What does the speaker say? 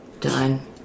done